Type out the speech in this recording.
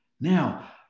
Now